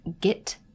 get